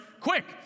quick